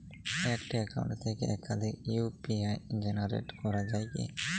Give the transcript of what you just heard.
একটি অ্যাকাউন্ট থেকে একাধিক ইউ.পি.আই জেনারেট করা যায় কি?